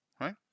Right